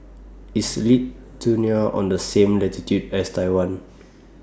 IS Lithuania on The same latitude as Taiwan